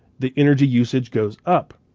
the energy usage goes up.